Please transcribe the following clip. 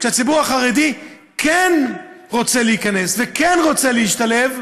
כשהציבור החרדי כן רוצה להיכנס וכן רוצה להשתלב,